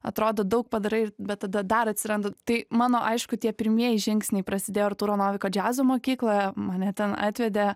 atrodo daug padarai ir bet tada dar atsiranda tai mano aišku tie pirmieji žingsniai prasidėjo artūro noviko džiazo mokykloje mane ten atvedė